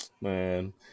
Man